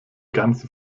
ganze